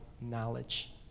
knowledge